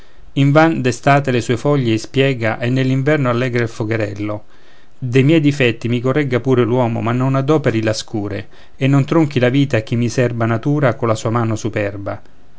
cestello invan d'estate le sue foglie ei spiega e nell'inverno allegra il focherello de miei difetti mi corregga pure l'uomo ma non adoperi la scure e non tronchi la vita a cui mi serba natura colla sua mano superba